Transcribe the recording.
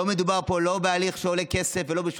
לא מדובר פה לא בהליך שעולה כסף ולא בשום